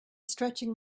stretching